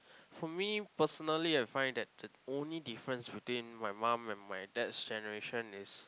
for me personally I find that the only difference between my mum and my dad's generation is